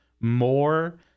More